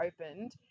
opened